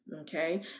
okay